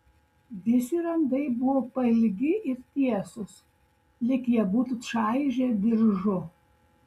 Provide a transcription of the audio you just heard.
visi randai buvo pailgi ir tiesūs lyg ją būtų čaižę diržu